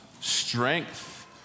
strength